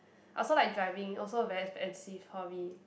I also like driving also very expensive hobby